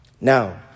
Now